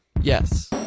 yes